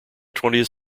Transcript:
twentieth